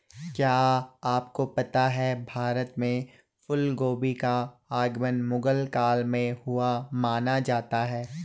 क्या आपको पता है भारत में फूलगोभी का आगमन मुगल काल में हुआ माना जाता है?